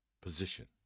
position